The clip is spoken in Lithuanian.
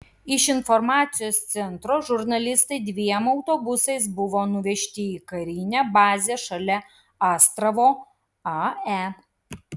iš informacijos centro žurnalistai dviem autobusais buvo nuvežti į karinę bazę šalia astravo ae